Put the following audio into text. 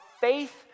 faith